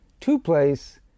two-place